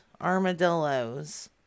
armadillos